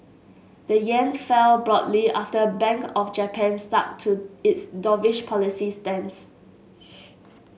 the yen fell broadly after the Bank of Japan stuck to its dovish policy stance